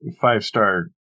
five-star